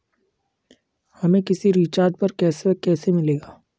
हमें किसी रिचार्ज पर कैशबैक कैसे मिलेगा?